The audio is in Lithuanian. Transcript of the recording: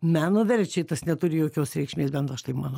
meno verčiai tas neturi jokios reikšmės bent aš taip manau